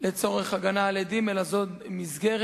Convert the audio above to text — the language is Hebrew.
לצורך הגנה על עדים, אלא זו מסגרת